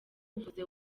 uvuze